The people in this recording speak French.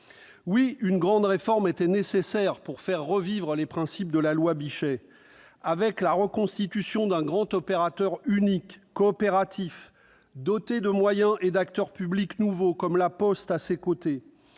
Oui, une grande réforme était nécessaire pour faire revivre les principes de la loi Bichet, avec la reconstitution d'un grand opérateur unique, coopératif, doté de moyens et d'acteurs publics nouveaux, comme La Poste, et